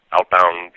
Outbound